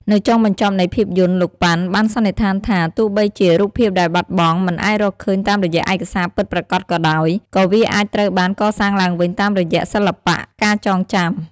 នៅចុងបញ្ចប់នៃភាពយន្ត លោក ប៉ាន់ បានសន្និដ្ឋានថា ទោះបីជា "រូបភាពដែលបាត់បង់" មិនអាចរកឃើញតាមរយៈឯកសារពិតប្រាកដក៏ដោយ ក៏វាអាចត្រូវបាន កសាងឡើងវិញតាមរយៈសិល្បៈ ការចងចាំ ។